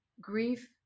Grief